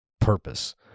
purpose